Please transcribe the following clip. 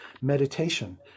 meditation